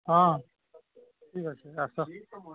ହଁ ଠିକ୍ ଅଛି ଆସ